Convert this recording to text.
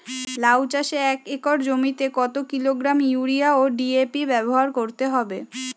লাউ চাষে এক একর জমিতে কত কিলোগ্রাম ইউরিয়া ও ডি.এ.পি ব্যবহার করতে হবে?